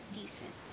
decent